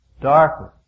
darkness